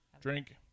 drink